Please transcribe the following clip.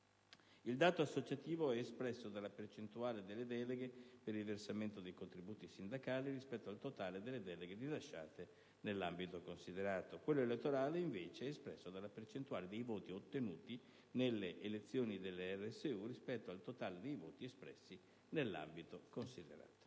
Il dato, associativo è espresso dalla percentuale delle deleghe per il versamento dei contributi sindacali rispetto al totale delle deleghe rilasciate nell'ambito considerato; quello elettorale, invece, è espresso dalla percentuale dei voti ottenuti nelle elezioni delle RSU, rispetto al totale dei voti espresso nell'ambito considerato.